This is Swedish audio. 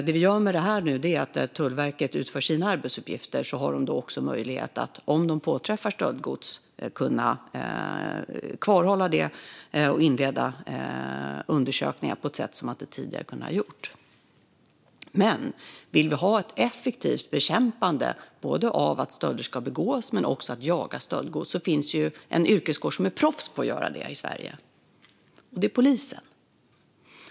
Det som vi gör nu innebär att när Tullverket utför sina arbetsuppgifter och påträffar stöldgods får de möjlighet att kvarhålla det och inleda undersökningar på ett annat sätt än tidigare. Men om man både vill ha ett effektivt bekämpande av stölder och vill att stöldgods ska jagas effektivt finns det en yrkeskår i Sverige som är proffs på att göra det. Det är polisen.